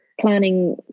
Planning